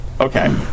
Okay